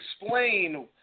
explain